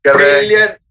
Brilliant